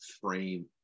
frame